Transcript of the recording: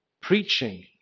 preaching